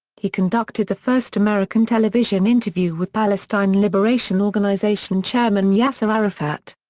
he conducted the first american television interview with palestine liberation organization chairman yasser arafat.